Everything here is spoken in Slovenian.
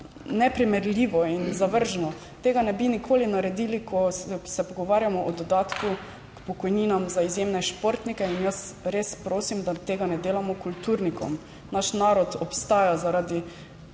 neprimerljivo in zavržno. Tega ne bi nikoli naredili, ko se pogovarjamo o dodatku k pokojninam za izjemne športnike. In jaz res prosim, da tega ne delamo kulturnikom. Naš narod obstaja zaradi